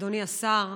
אדוני השר,